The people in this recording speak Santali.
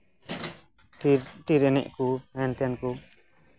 ᱴᱤᱨ ᱴᱤᱨ ᱮᱱᱮᱡ ᱠᱚ ᱦᱮᱱᱛᱮᱱ ᱠᱚ